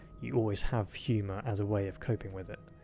you always have humour as a way of coping with it.